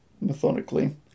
methodically